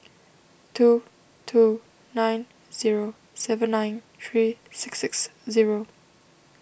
two two nine zero seven nine three six six zero